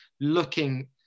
looking